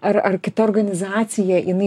ar ar kita organizacija jinai